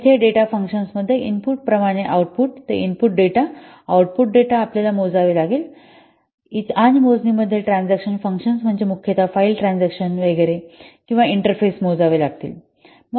येथे डेटा फंक्शन्समध्ये इनपुट प्रमाणे आऊटपुट ते इनपुट डेटा आउटपुट डेटा आपल्याला मोजावे लागणार वैगरे आणि मोजणीमध्ये ट्रान्झॅक्शनल फंक्शन्स म्हणजे मुख्यतः फाईल ट्रान्झॅक्शन वैगरे किंवा इंटरफेस मोजावे लागतात